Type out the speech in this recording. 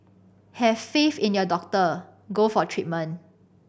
have faith in your doctor go for treatment